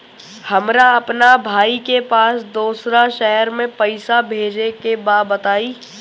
हमरा अपना भाई के पास दोसरा शहर में पइसा भेजे के बा बताई?